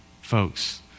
folks